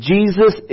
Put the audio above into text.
Jesus